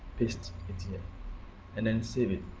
paste it here and then save it,